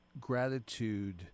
gratitude